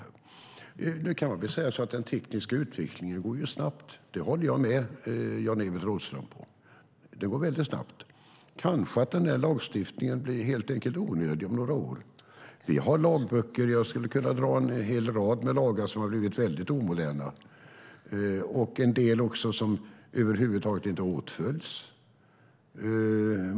Nog kan man säga att den tekniska utvecklingen går snabbt. Det håller jag med om, det går väldigt snabbt. Kanske att den här lagstiftningen helt enkelt blir onödig om några år. Vi har lagböcker, och jag skulle kunna dra en hel rad lagar, som har blivit omoderna och en del som över huvud taget inte åtföljs.